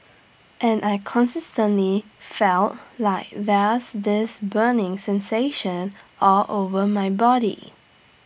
and I consistently feel like there's this burning sensation all over my body